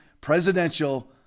presidential